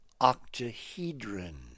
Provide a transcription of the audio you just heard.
octahedron